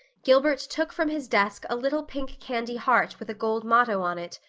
gilbert took from his desk a little pink candy heart with a gold motto on it,